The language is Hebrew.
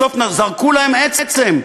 בסוף זרקו להם עצם,